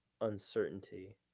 uncertainty